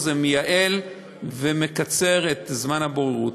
זה מייעל ומקצר את זמן הבוררות.